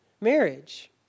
marriage